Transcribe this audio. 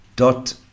dot